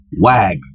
WAG